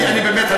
אני באמת,